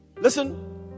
Listen